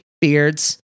beards